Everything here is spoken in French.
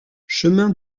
chemin